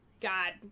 God